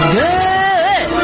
good